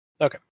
Okay